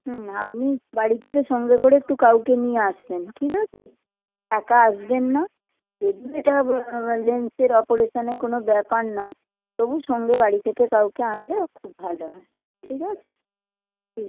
হুম আপনি বাড়ি থেকে সঙ্গে করে একটু কাউকে নিয়ে আসবেন ঠিক আছে একা আসবেন না যদিও এটা এমার্জেন্সির অপারেশনে কোনো ব্যাপার না তবু সঙ্গে বাড়ি থেকে কাউকে আনলে খুব ভালো হয় ঠিক আছে হুম